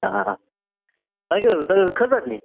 آ تۄہہِ کیٛاہ حظ تۄہہِ ٲسۍوٕ کھٕزر نِنۍ